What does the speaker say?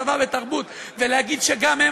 צבא ותרבות ולהגיד שגם הם,